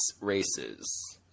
races